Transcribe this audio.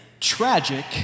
tragic